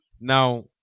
Now